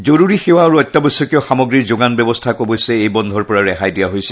জৰুৰী সেৱা আৰু অত্যাৱশ্যকীয় সামগ্ৰীৰ যোগান ব্যৱস্থাক অৱশ্যে এই বন্ধৰ পৰা ৰেহাই দিয়া হৈছে